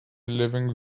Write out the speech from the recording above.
living